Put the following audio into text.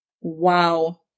Wow